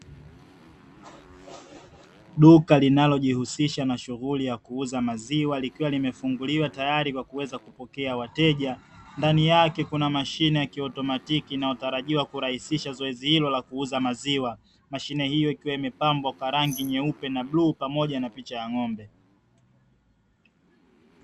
Duka linalojihusisha na shughuli za kuuza maziwa, likiwa limefunguliwa tayari kwa kuweza kupokea wateja, ndani yake kuna mashine ya kiautomatiki inayotarajiwa kurahisisha zoezi hilo la kuuza maziwa. Mashine hiyo ikiwa imepambwa kwa rangi nyeupe na bluu pamoja na picha ya ng'ombe.